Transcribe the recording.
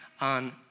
on